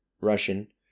Russian